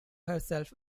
herself